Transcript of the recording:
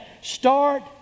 Start